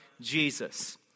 Jesus